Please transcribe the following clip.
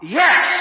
yes